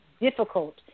difficult